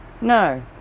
no